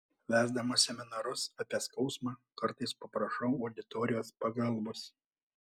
vesdamas seminarus apie skausmą kartais paprašau auditorijos pagalbos